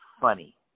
funny